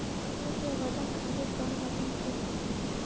फसल के वजन खातिर कवन मशीन ठीक होखि?